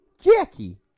Jackie